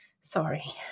Sorry